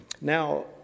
Now